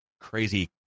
crazy